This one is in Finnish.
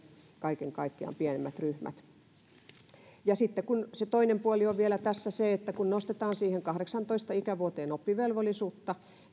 kaiken kaikkiaan varhaiskasvatuksessa pienemmät ryhmät sitten kun se toinen puoli tässä on vielä se että kun nostetaan siihen kahdeksaantoista ikävuoteen oppivelvollisuutta